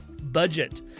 budget